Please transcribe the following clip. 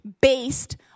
based